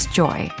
joy